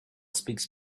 speaks